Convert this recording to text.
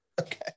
Okay